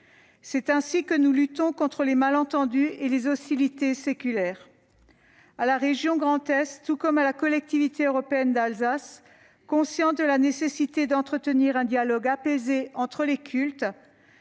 C'est ainsi que nous luttons contre les malentendus et les hostilités séculaires. À la région Grand Est, tout comme à la Collectivité européenne d'Alsace (CEA), les élus sont conscients de la nécessité d'entretenir un dialogue apaisé entre les cultes